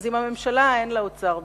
אז עם הממשלה אין לאוצר בעיה,